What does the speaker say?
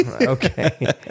okay